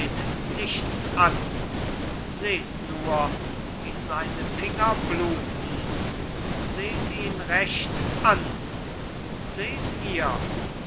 nichts an seht nur wie seine finger bluten seht ihn recht an seht ihr